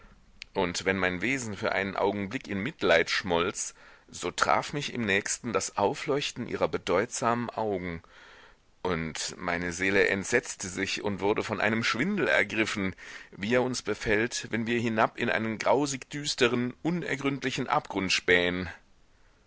und wenn mein wesen für einen augenblick in mitleid schmolz so traf mich im nächsten das aufleuchten ihrer bedeutsamen augen und meine seele entsetzte sich und wurde von einem schwindel ergriffen wie er uns befällt wenn wir hinab in einen grausig düsteren unergründlichen abgrund spähen